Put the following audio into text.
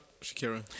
Shakira